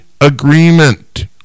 agreement